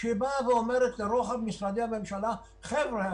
ממשלה שאומרת לרוחב משרדי הממשלה: חבר'ה,